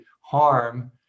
harm